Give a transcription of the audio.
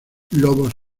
lobos